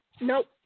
Nope